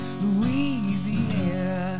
Louisiana